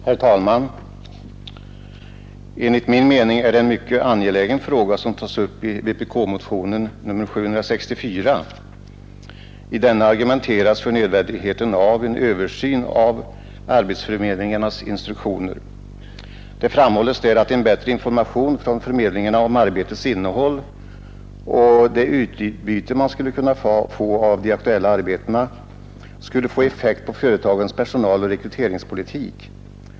Herr talman! Enligt min mening är det en mycket angelägen fråga som tas upp i vpk-motionen nr 764. I denna argumenteras för nödvändigheten av en översyn av arbetsförmedlingarnas instruktioner. Det framhålles att en bättre information från förmedlingarna om arbetets innehåll och utbytet av det skulle få effekt på företagens personaloch rekryteringspolitik.